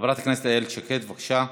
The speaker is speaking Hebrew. חברת הכנסת איילת שקד, בבקשה.